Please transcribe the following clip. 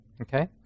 okay